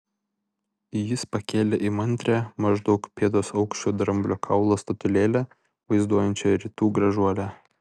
jis pakėlė įmantrią maždaug pėdos aukščio dramblio kaulo statulėlę vaizduojančią rytų gražuolę